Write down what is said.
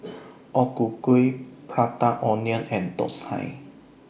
O Ku Kueh Prata Onion and Thosai